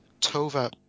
Tova